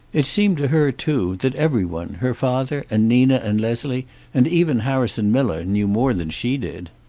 it seemed to her, too, that every one, her father and nina and leslie and even harrison miller, knew more than she did.